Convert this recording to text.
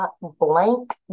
blank